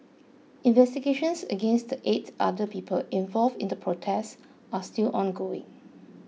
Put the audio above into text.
investigations against the eight other people involved in the protest are still ongoing